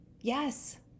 Yes